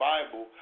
Bible